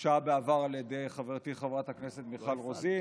הוגשה בעבר על ידי חברתי חברת הכנסת מיכל רוזין,